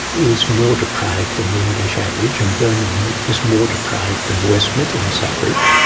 is more deprived than the english average and birmingham is more deprived than the west midlands average.